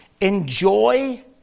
Enjoy